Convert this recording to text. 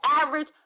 average